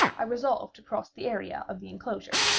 i resolved to cross the area of the enclosure.